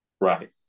right